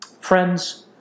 Friends